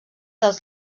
dels